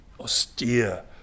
austere